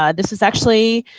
ah this was actually